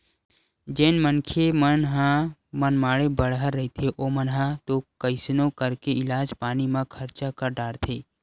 जेन मनखे मन ह मनमाड़े बड़हर रहिथे ओमन ह तो कइसनो करके इलाज पानी म खरचा कर डारथे